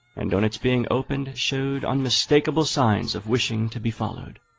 and on its being opened showed unmistakeable signs of wishing to be followed.